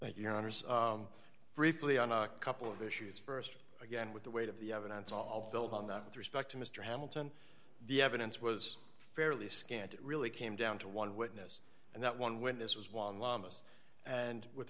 honors briefly on a couple of issues st again with the weight of the evidence all built on that with respect to mr hamilton the evidence was fairly scant it really came down to one witness and that one witness was one lamas and with